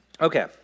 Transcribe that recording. Okay